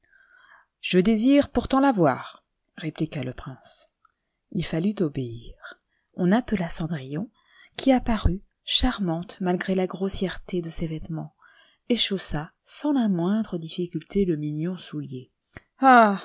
je désire pourtant la voir répliqua le prince il fallut obéir on appela cendrillon qui apparut charmante malgré la grossièreté de ses vêtements et chaussa sans la moindre difficulté le mignon soulier